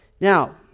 now